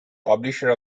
publisher